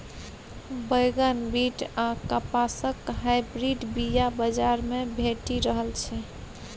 बैगन, बीट आ कपासक हाइब्रिड बीया बजार मे भेटि रहल छै